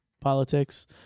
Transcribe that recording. politics